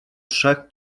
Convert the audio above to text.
trzech